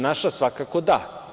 Naša svakako da.